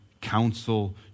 counsel